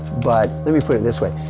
but, let me put this way.